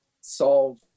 solve